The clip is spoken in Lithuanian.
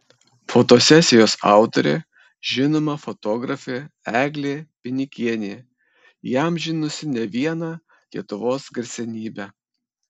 fotosesijos autorė žinoma fotografė eglė pinikienė įamžinusi ne vieną lietuvos garsenybę